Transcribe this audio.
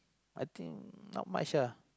I think not much ah